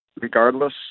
regardless